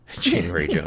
January